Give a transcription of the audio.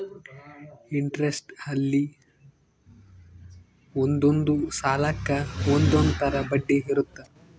interest ಅಲ್ಲಿ ಒಂದೊಂದ್ ಸಾಲಕ್ಕ ಒಂದೊಂದ್ ತರ ಬಡ್ಡಿ ಇರುತ್ತ